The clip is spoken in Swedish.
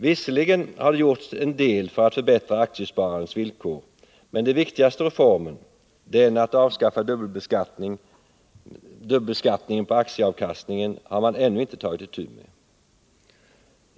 Visserligen har det gjorts en del för att förbättra aktiespararandets villkor, men den viktigaste reformen, den att avskaffa dubbelbeskattningen på aktieavkastningen, har man ännu inte tagit itu med.